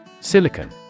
Silicon